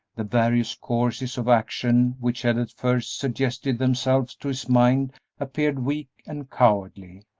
the various courses of action which had at first suggested themselves to his mind appeared weak and cowardly,